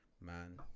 man